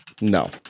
No